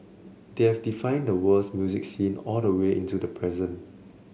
they have defined the world's music scene all the way into the present